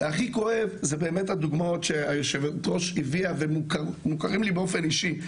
והכי כואב זה הדוגמאות שיושבת הראש הביאה והם מוכרים לי באופן אישי.